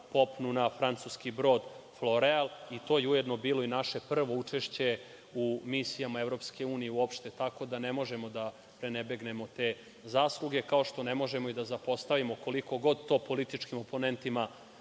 popnu na Francuski brod „Floreal“ i to je ujedno bilo i naše prvo učešće u misijama EU, uopšte, tako da ne možemo da prenebegnemo te zasluge, kao što ne možemo i da zapostavimo, koliko god to političkim oponentima